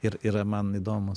ir yra man įdomūs